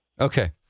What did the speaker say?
Okay